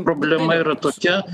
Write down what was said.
problema yra tokia